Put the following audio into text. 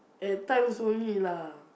at times only lah